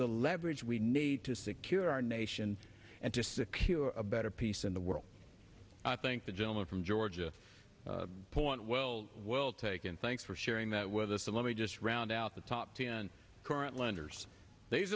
the leverage we need to secure our nation and to secure a better peace in the world i think the gentleman from georgia point well taken thanks for sharing that with us and let me just round out the top ten current lenders these